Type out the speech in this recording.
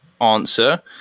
answer